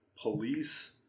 police